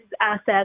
assets